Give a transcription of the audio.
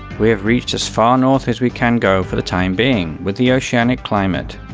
we have reached as far north as we can go for the time being with the oceanic climate.